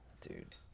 dude